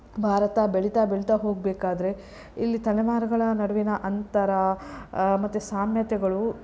ಭಾರತ ಬೆಳೀತಾ ಬೆಳೀತಾ ಹೋಗಬೇಕಾದ್ರೆ ಇಲ್ಲಿ ತಲೆಮಾರುಗಳ ನಡುವಿನ ಅಂತರ ಮತ್ತು ಸಾಮ್ಯತೆಗಳು